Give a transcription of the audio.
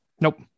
Nope